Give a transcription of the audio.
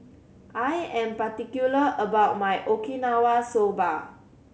I am particular about my Okinawa Soba